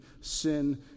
sin